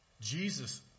Jesus